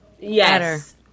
Yes